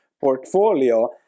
portfolio